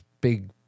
big